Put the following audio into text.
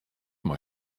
mei